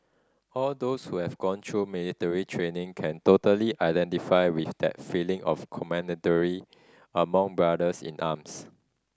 all those who have gone through military training can totally identify with that feeling of camaraderie among brothers in arms